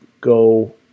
go